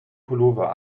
pullover